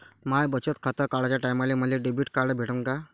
माय बचत खातं काढाच्या टायमाले मले डेबिट कार्ड भेटन का?